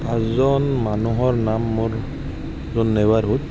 পাঁচজন মানুহৰ নাম মোৰ যোন নেইবাৰহুড